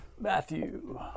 Matthew